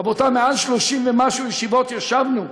רבותי, מעל 30 ישיבות ישבנו,